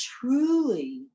truly